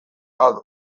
ados